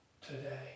today